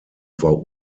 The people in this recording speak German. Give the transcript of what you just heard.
war